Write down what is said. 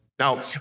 Now